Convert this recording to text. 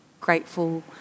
grateful